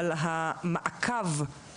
אבל המעקב